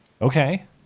Okay